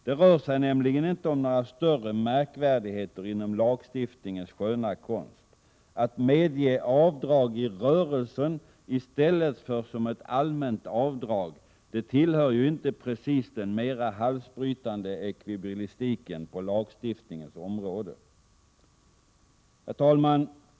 Det rör sig nämligen inte om några större märkvärdigheter inom lagstiftningens sköna konst. Att medge avdrag i rörelsen i stället för ett allmänt avdrag tillhör ju inte precis den mera halsbrytande ekvilibristiken på lagstiftningens område. Herr talman!